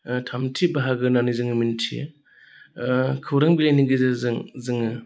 थामथि बाहागो होननानै जोङो मिन्थियो खौरां बिलाइनि गेजेरजों जोङो